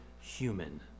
human